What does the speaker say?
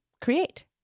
create